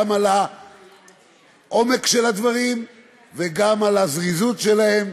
גם על העומק של הדברים וגם על הזריזות שלהם.